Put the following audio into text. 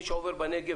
מי שעובר בנגב,